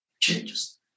changes